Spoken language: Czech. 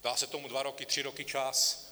Dá se tomu dva roky, tři roky čas.